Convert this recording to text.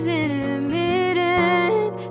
intermittent